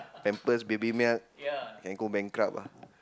pampers baby milk can go bankrupt ah